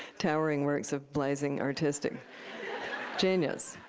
towering works of blazing artistic genius.